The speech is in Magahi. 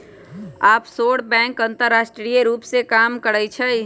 आफशोर बैंक अंतरराष्ट्रीय रूप से काम करइ छइ